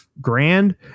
grand